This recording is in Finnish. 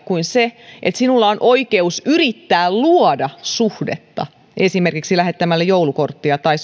kuin se että sinulla on oikeus yrittää luoda suhdetta esimerkiksi lähettämällä joulukortti tai